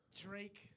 Drake